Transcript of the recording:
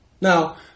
Now